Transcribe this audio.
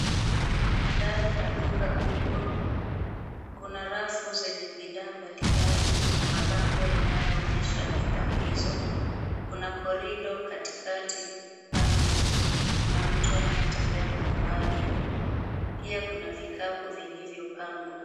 Ni ndani ya duka kubwa. Kuna rafu zenye bidhaa mbalimbali na mabango yanayoonyesha bidhaa hizo. Kuna korido katikati pana na mtu anayetembea kwa umbali. Pia kuna vikapu vilivyopangwa.